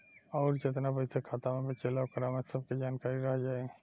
अउर जेतना पइसा खाता मे बचेला ओकरा में सब के जानकारी रह जाइ